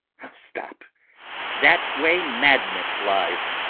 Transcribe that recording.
stop that way madness lies!